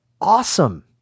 awesome